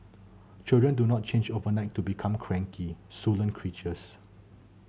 children do not change overnight to become cranky sullen creatures